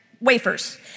wafers